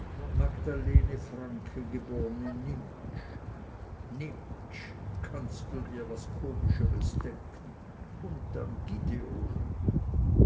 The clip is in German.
magdalene franke geb nimptsch nimptsch kannst du dir was komischeres denken und dann gideon